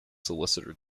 solicitor